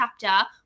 chapter